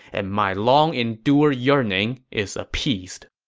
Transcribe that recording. and my long-endured yearning is appeased.